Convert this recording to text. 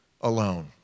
alone